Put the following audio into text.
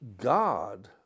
God